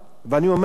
ואני אומר לך,